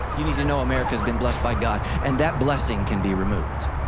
you need to know america has been blessed by god and that blessing can be removed.